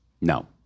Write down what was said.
No